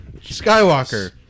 Skywalker